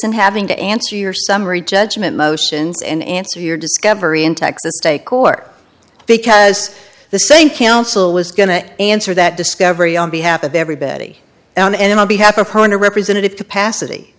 and having to answer your summary judgment motions and answer your discovery in texas state court because the same counsel was going to answer that discovery on behalf of everybody and i'll be happy in a representative capacity